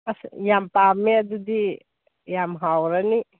ꯑꯁ ꯌꯥꯝ ꯄꯥꯝꯃꯦ ꯑꯗꯨꯗꯤ ꯌꯥꯝ ꯍꯥꯎꯔꯅꯤ